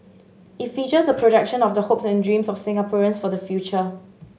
it features a projection of the hopes and dreams of Singaporeans for the future